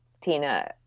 Tina